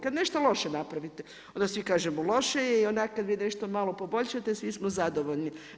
Kad nešto loše napravite, onda svi kažemo loše je i onako kad vi nešto malo poboljšate svi smo zadovoljni.